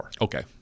Okay